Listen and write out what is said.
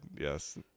Yes